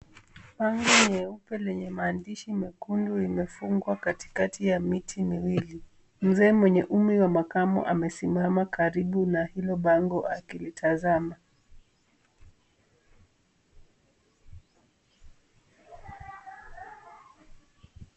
Bango nyeupe lenye maandishi mekundu limefungwa katikati ya miti miwili. Mzee mwenye umri wa mwakamo amesimama karibu na hilo bango akilitazama.